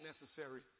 necessary